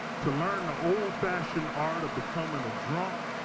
to learn the old fashioned art of becoming a drunk,